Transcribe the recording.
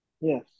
yes